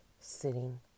sitting